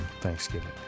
Thanksgiving